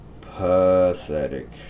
pathetic